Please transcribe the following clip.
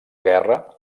guerra